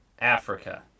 Africa